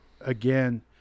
Again